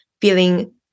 feeling